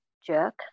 jerk